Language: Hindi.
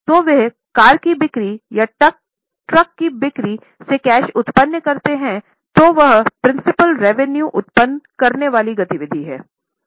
तो वे कार की बिक्री या ट्रक की बिक्री से कैश उत्पन्न करते हैं तो वह प्रिंसिपल रेवेनुए उत्पन्न करने वाली गति विधि हैं